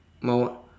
my one